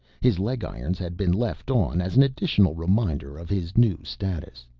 his leg-irons had been left on as an additional reminder of his new status.